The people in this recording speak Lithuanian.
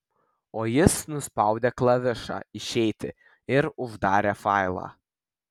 o jis nuspaudė klavišą išeiti ir uždarė failą